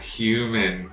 human